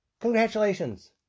Congratulations